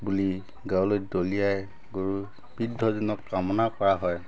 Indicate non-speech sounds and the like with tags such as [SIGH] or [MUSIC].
বুলি গালৈ দলিয়াই গৰুৰ [UNINTELLIGIBLE] কামনা কৰা হয়